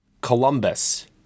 Columbus